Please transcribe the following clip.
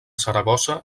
saragossa